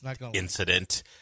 incident